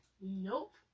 Nope